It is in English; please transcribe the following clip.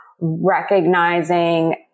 recognizing